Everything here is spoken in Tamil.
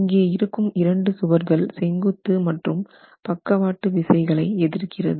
இங்கே இருக்கும் இரண்டு சுவர்கள் செங்குத்து மற்றும் பக்கவாட்டு விசைகள் எதிர்க்கிறது